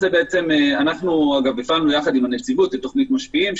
אנחנו הפעלנו יחד עם הנציבות את תוכנית משפיעים,